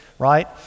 Right